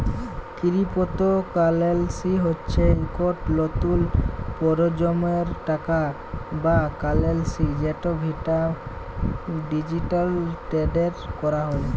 crypto currency হচ্যে ইকট লতুল পরজলমের টাকা বা কারেলসি যেট ডিজিটালি টেরেড ক্যরা হয়